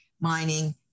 mining